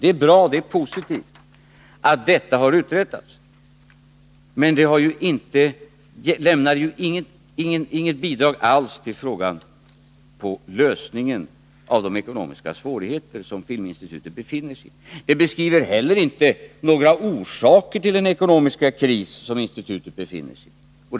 Det är bra och positivt att detta har uträttats, men det lämnar inget bidrag alls till lösningen av de ekonomiska svårigheter Filminstitutet befinner sig i. Det beskriver heller inte några orsaker till den ekonomiska kris institutet befinner sig i.